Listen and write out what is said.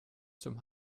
zum